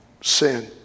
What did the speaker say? sin